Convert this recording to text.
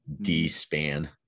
D-span